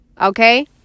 Okay